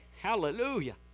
Hallelujah